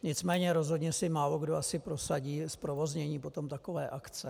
Nicméně rozhodně si málokdo asi prosadí zprovoznění potom takové akce.